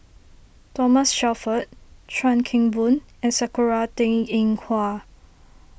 Thomas Shelford Chuan Keng Boon and Sakura Teng Ying Hua